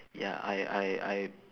ya I I I